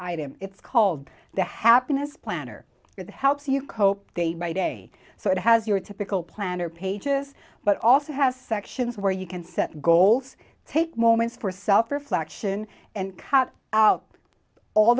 item it's called the happiness planner it helps you cope day by day so it has your typical planner pages but also has sections where you can set goals take moments for self reflection and cut out all